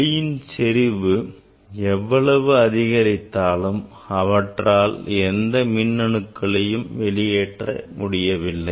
ஒளியின் செறிவு எவ்வளவு அதிகரித்தாலும் அவற்றால் எந்த மின்னணுக்களையும் வெளியேற்ற முடியவில்லை